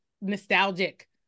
nostalgic